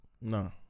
No